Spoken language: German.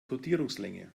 kodierungslänge